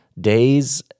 days